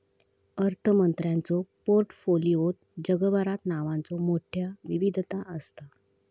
अर्थमंत्र्यांच्यो पोर्टफोलिओत जगभरात नावांचो मोठयो विविधता असता